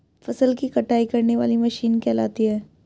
फसल की कटाई करने वाली मशीन कहलाती है?